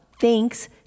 thanks